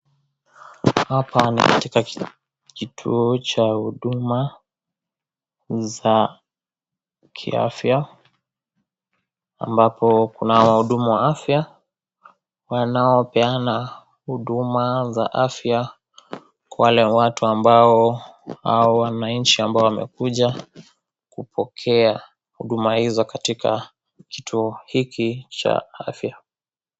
Hapa ni katika kituo cha huduma za kiafya ambapo kuna wahudumu wa afya wanaopeana huduma za afya kwa wale watu ambao wananchi ambao wamekuja kupokea huduma hizo katika kituo hiki cha afya.